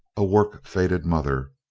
a work-faded mother,